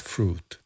Fruit